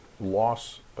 loss